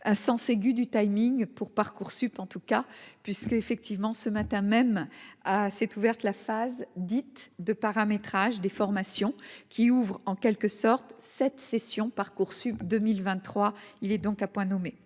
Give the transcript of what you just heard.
Un sens aigu du timing pour Parcoursup en tout cas, puisqu'effectivement, ce matin même à sept ouverte la phase dite de paramétrage des formations qui ouvrent en quelque sorte cette cession Parcoursup 2023, il est donc à point nommé,